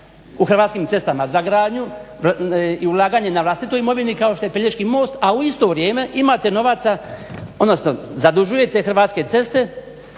u Hrvatskim cestama za gradnju i ulaganje na vlastitoj imovini kao što je Pelješki most, a u isto vrijeme imate novaca, odnosno zadužujete Hrvatske ceste